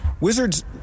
Wizards